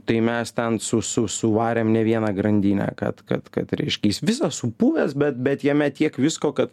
tai mes ten su su suvarėm ne vieną grandinę kad kad kad reiškia jis visas supuvęs bet bet jame tiek visko kad